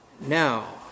Now